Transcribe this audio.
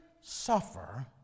suffer